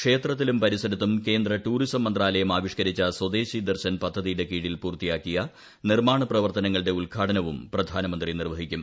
ക്ഷേത്രത്തിലും പരിസരത്തും കേന്ദ്ര ടൂറിസം മന്ത്രാലയം ആവിഷ്കരിച്ച സ്വദേശി ദർശൻ പദ്ധതിയുടെ കീഴിൽ പൂർത്തിയാക്കിയ നിർമാണ പ്രവർത്തനങ്ങളുടെ ഉദ്ഘാടനവും പ്രധാനമന്ത്രി നിർവ്വഹിക്കും